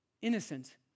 innocent